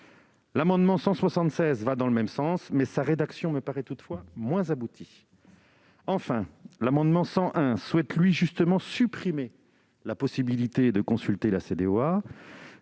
L'amendement n° 176 va dans le même sens, mais sa rédaction me paraît toutefois moins aboutie. L'amendement n° 101 vise lui à supprimer la possibilité de consulter la CDOA.